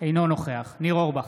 אינו נוכח ניר אורבך,